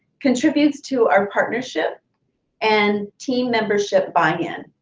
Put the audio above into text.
contributes to our partnership and team membership buy-in.